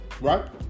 right